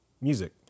music